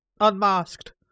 unmasked